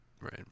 Right